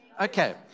Okay